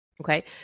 Okay